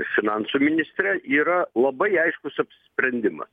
finansų ministre yra labai aiškus apsisprendimas